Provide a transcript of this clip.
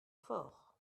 fort